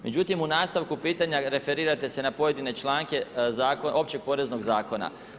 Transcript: Međutim u nastavku pitanja referirate se na pojedine članke općeg poreznog zakona.